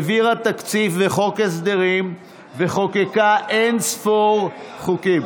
העבירה תקציב וחוק הסדרים וחוקקה אין-ספור חוקים.